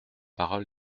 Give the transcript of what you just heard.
parole